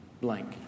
blank